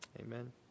Amen